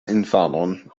infanon